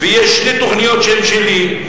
ויש שתי תוכניות שהן שלי.